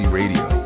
radio